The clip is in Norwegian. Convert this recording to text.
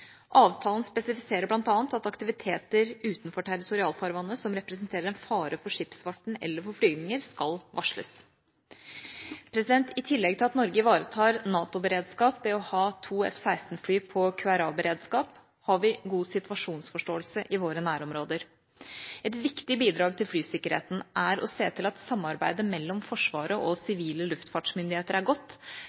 som representerer en fare for skipsfarten, eller for flyvninger, skal varsles. I tillegg til at Norge ivaretar NATO-beredskap ved å ha to F-16-fly på QRA-beredskap, har vi god situasjonsforståelse i våre nærområder. Et viktig bidrag til flysikkerheten er å se til at samarbeidet mellom Forsvaret og sivile luftfartsmyndigheter er godt,